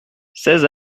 seize